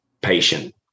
patient